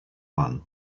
one